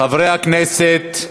חברי הכנסת,